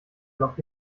noch